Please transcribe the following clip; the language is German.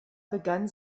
begann